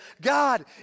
God